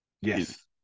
Yes